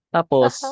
Tapos